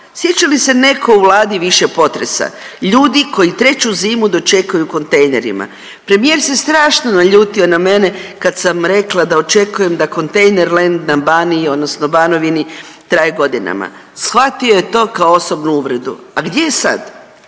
Sjeća li se neko u Vladi više potresa, ljudi koji treću zimu dočekuju u kontejnerima. Premijer se strašno naljutio na mene kad sam rekla da očekujem da kontejner land na Baniji odnosno Banovini traje godinama. Shvatio je to kao osobnu uvredu. A gdje je sad?